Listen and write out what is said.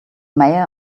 mayor